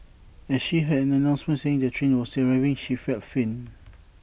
as she heard an announcement saying the train was arriving she felt faint